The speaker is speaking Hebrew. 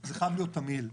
זה חייב להיות תמהיל.